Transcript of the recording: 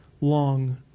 long